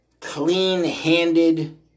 clean-handed